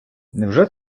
невже